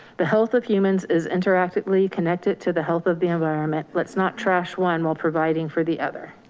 the health of humans is interactively connected to the health of the environment. let's not trash one while providing for the other.